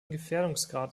gefährdungsgrad